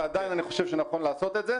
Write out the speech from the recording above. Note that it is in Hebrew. ועדיין אני חושב שנכון לעשות את זה.